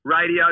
radio